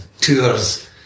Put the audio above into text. tours